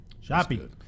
Shopping